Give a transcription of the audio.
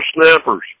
Snappers